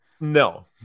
No